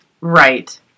Right